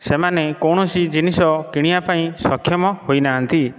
ସେମାନେ କୌଣସି ଜିନିଷ କିଣିବା ପାଇଁ ସକ୍ଷମ ହୋଇନାହାନ୍ତି